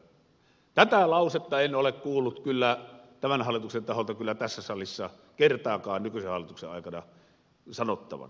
tätä lausetta en ole kuullut kyllä tämän hallituksen taholta tässä salissa kertaakaan sanottavan